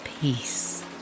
peace